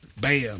Bam